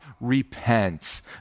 repent